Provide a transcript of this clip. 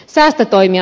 säästötoimi